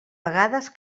vegades